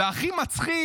והכי מצחיק